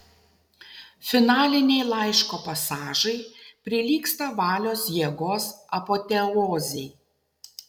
finaliniai laiško pasažai prilygsta valios jėgos apoteozei